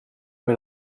bij